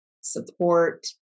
support